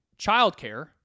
childcare